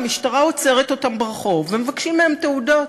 המשטרה עוצרת אותם ברחוב ומבקשים מהם תעודות.